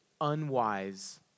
unwise